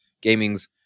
gaming's